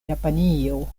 japanio